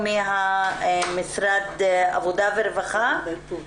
משרד העבודה והרווחה בבקשה.